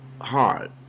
hard